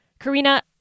Karina